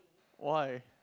why